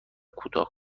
کوتاه